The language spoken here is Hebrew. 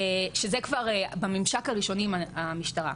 שהוא כבר בממשק הראשוני עם המשטרה,